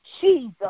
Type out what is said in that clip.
Jesus